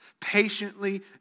patiently